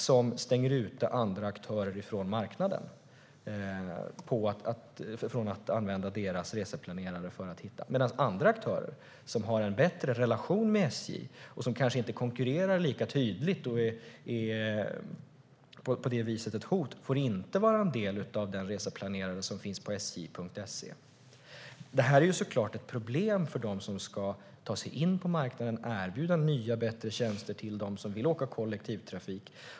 SJ stänger ute aktörer från marknaden och från att använda SJ:s reseplanerare medan andra aktörer, som har en bättre relation med SJ och som kanske inte konkurrerar lika tydligt och på det viset är ett hot, får vara en del av den reseplanerare som finns på sj.se. Detta är såklart ett problem för dem som ska ta sig in på marknaden och erbjuda nya och bättre tjänster till dem som vill åka med kollektivtrafik.